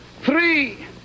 three